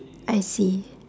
I see